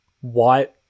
white